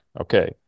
Okay